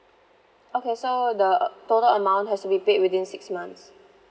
okay so the total amount has to be paid within six months